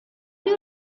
you